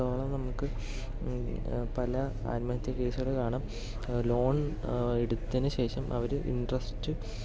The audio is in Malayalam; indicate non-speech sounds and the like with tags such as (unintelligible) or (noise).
(unintelligible) നമുക്ക് പല ആത്മഹത്യ കേസുകൾ കാണാം ലോൺ എടുത്തതിനു ശേഷം അവർ ഇന്ട്രെസ്റ്